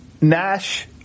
Nash